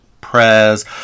prayers